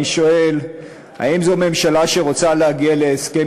אני שואל: האם זו ממשלה שרוצה להגיע להסכם